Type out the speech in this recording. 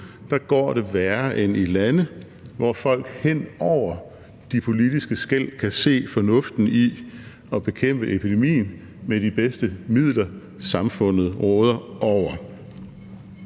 blå, går det værre end i lande, hvor folk hen over de politiske skel kan se fornuften i at bekæmpe epidemien med de bedste midler, samfundet råder over.